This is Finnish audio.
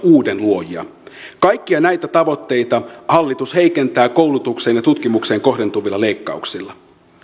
uuden luojia kaikkia näitä tavoitteita hallitus heikentää koulutukseen ja tutkimukseen kohdentuvilla leikkauksilla